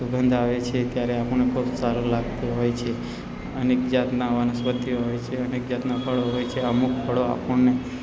સુગંધ આવે છે ત્યારે આપણને ખૂબ સારું લાગતું હોય છે અનેક જાતના વનસ્પતિઓ અનેક જાતના ફળો હોય છે અમુક ફળો આપણને